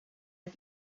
est